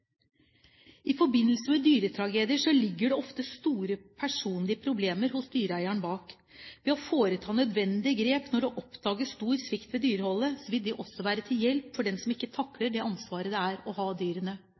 I forbindelse med dyretragedier ligger det ofte store personlige problemer hos dyreeieren bak. Det å foreta nødvendige grep når det oppdages stor svikt ved dyreholdet, vil også være til hjelp for den som ikke takler det ansvaret det er å ha dyrene.